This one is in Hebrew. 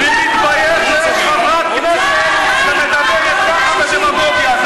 אני מתבייש שחברת כנסת מדברת ככה בדמגוגיה.